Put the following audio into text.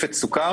מתוספת סוכר.